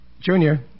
Junior